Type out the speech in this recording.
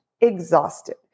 exhausted